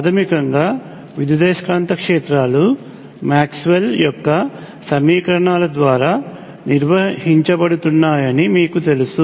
ప్రాథమికంగా విద్యుదయస్కాంత క్షేత్రాలు మాక్స్వెల్ యొక్క సమీకరణాల ద్వారా నిర్వహించబడుతున్నాయని మీకు తెలుసు